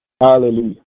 Hallelujah